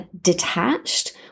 detached